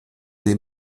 des